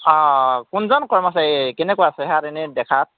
অঁ কোনজন কৰ্মচাৰী কেনেকুৱা চেহেৰাত এনেই দেখাত